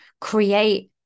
create